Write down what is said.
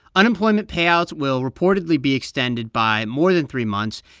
unemployment payouts will reportedly be extended by more than three months,